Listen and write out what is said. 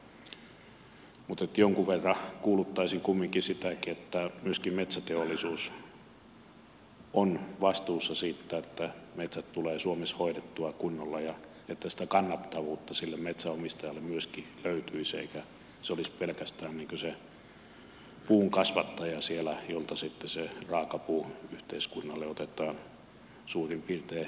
mutta jonkun verran kuuluttaisin kumminkin sitäkin että myöskin metsäteollisuus on vastuussa siitä että metsät tulee suomessa hoidettua kunnolla ja että sitä kannattavuutta sille metsänomistajalle myöskin löytyisi eikä se olisi pelkästään se puun kasvattaja jolta sitten raakapuu yhteiskunnalle otetaan suurin piirtein ilmaiseksi